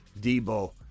Debo